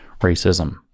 racism